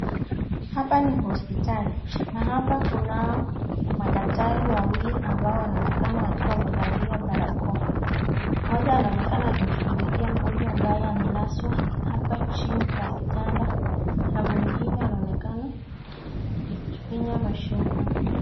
Hapa ni hosiptali, na hapa kunao madaktari wawili ambao wanaonekana wakiwa wamevalia barakoa, mmoja anaonekana akimshughulikia mgonjwa ambaye amelazwa hapa chini kwa kitanda na mwingine anaonekana akifinya mashini.